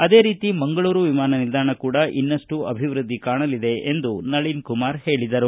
ಅದೇ ರೀತಿ ಮಂಗಳೂರು ವಿಮಾನ ನಿಲ್ದಾಣ ಕೂಡ ಇನ್ನಷ್ಟು ಅಭಿವೃದ್ದಿ ಕಾಣಲಿದೆ ಎಂದು ನಳಿನಕುಮಾರ್ ಹೇಳಿದರು